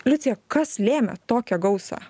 liucija kas lėmė tokią gausą